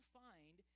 find